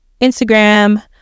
Instagram